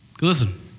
Listen